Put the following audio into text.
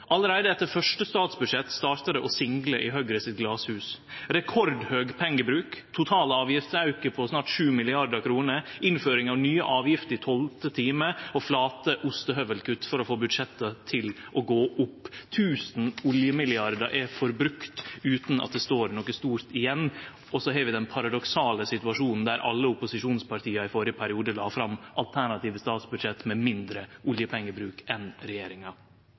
Allereie etter første statsbudsjett starta det å single i Høgres glashus: rekordhøg pengebruk, ein total avgiftsauke på snart 7 mrd. kr, innføring av nye avgifter i tolvte time og flate ostehøvelkutt for å få budsjettet til å gå opp. Tusen oljemilliardar er forbrukt utan at det står noko stort igjen, og så har vi den paradoksale situasjonen der alle opposisjonspartia i førre periode la fram alternative statsbudsjett med mindre oljepengebruk enn regjeringa.